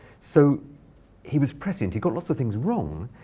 so he was prescient. he got lots of things wrong,